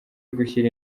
gushyira